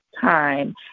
time